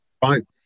Fine